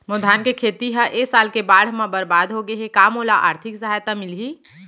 मोर धान के खेती ह ए साल के बाढ़ म बरबाद हो गे हे का मोला आर्थिक सहायता मिलही?